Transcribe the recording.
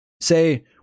say